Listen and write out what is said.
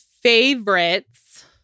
favorites